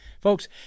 Folks